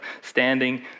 standing